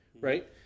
right